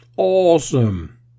Awesome